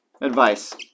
advice